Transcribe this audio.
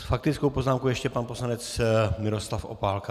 S faktickou poznámkou ještě pan poslanec Miroslav Opálka.